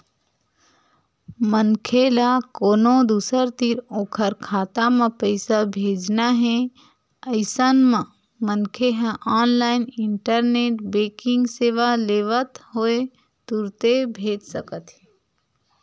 मनखे ल कोनो दूसर तीर ओखर खाता म पइसा भेजना हे अइसन म मनखे ह ऑनलाइन इंटरनेट बेंकिंग सेवा लेवत होय तुरते भेज सकत हे